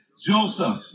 Joseph